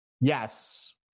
Yes